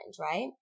right